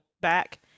back